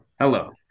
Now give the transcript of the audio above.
hello